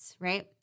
right